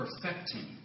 perfecting